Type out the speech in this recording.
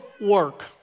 work